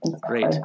great